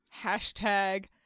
Hashtag